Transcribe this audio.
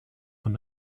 von